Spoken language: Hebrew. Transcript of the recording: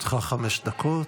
לרשותך חמש דקות.